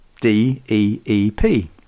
D-E-E-P